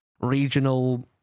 Regional